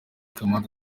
kamanzi